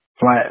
Flat